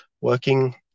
working